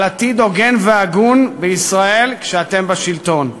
על עתיד הוגן והגון בישראל כשאתם בשלטון.